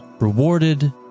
rewarded